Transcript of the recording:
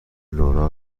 لورا